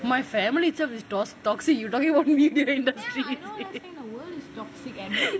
my family itself is tox~ toxic you talking about